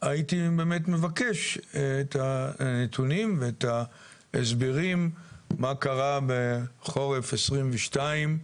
הייתי באמת מבקש את הנתונים ואת ההסברים מה קרה בחורף 2022